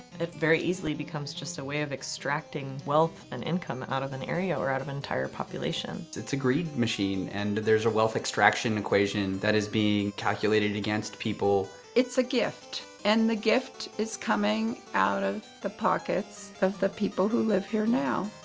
it very easily becomes just a way of extracting wealth and income out of an area or out of an entire population. it's a greed machine, machine, and there's a wealth extraction equation that is being calculated against people. it's a gift, and the gift is coming out of the pockets of the people who live here now.